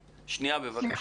רויטל,